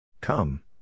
Come